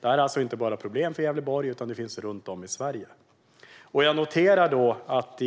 Detta är alltså inte ett problem bara i Gävleborg, utan det finns runt om i Sverige. Jag noterar att